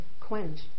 quench